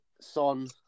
Son